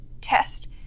test